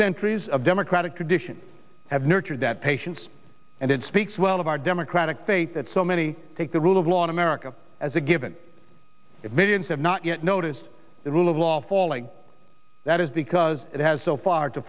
centuries of democratic traditions have nurtured that patience and it speaks well of our democratic faith that so many take the rule of law in america as a given that millions have not yet noticed the rule of law falling that is because it has so far to